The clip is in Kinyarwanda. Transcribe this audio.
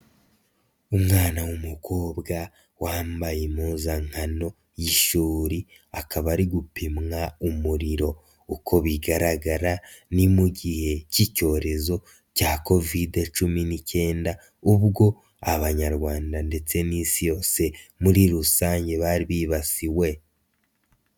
Umwana w'umukobwa wambaye impuzankano y'ishuri akaba ari gupimwa umuriro, uko bigaragara ni mu gihe cy'icyorezo cya covid cumi n'icyenda ubwo Abanyarwanda ndetse n'Isi yose muri rusange bari bibasiwe.